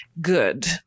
good